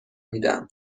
میدم